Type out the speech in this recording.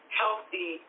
healthy